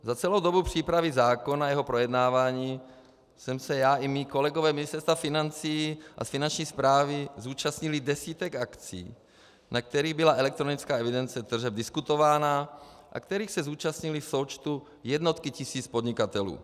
Za celou dobu přípravy zákona a jeho projednávání jsem se já i moji kolegové z Ministerstva financí a Finanční správy zúčastnili desítek akcí, na kterých byla elektronická evidence tržeb diskutována a kterých se zúčastnily v součtu jednotky tisíc podnikatelů.